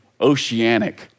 oceanic